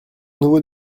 nouveau